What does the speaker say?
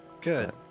Good